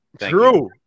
true